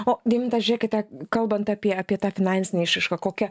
o deiminta žiūrėkite kalbant apie apie tą finansinę išraišką kokia